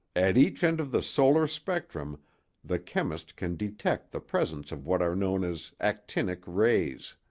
at each end of the solar spectrum the chemist can detect the presence of what are known as actinic rays.